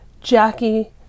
Jackie